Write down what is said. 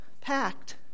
packed